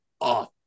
Off